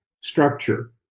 structure